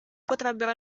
potrebbero